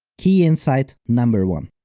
key insight number one.